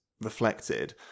reflected